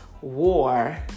war